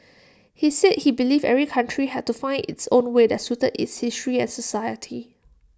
he said he believed every country had to find its own way that suited its history and society